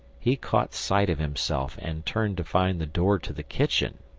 he caught sight of himself and turned to find the door to the kitchen.